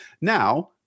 now